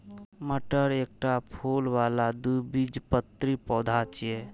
मटर एकटा फूल बला द्विबीजपत्री पौधा छियै